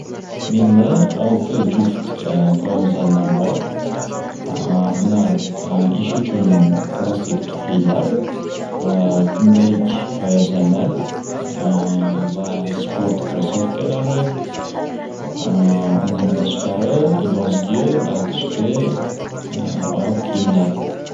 Menda olti juft poyavzallar bor ular ish uchun klassik tuflilar va kundalik poyavzallar va sport krasovkalari undan tashqari yazgi va qishgi oyoq kiyimlar.